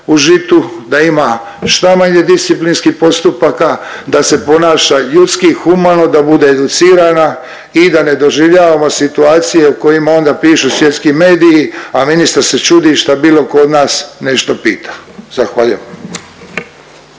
da ima šta manje disciplinskih postupaka, da se ponaša ljudski, humano, da bude educirana i da ne doživljavamo situacije o kojima onda pišu svjetski mediji, a ministar se čudi šta bilo ko od nas nešto pita. Zahvaljujem.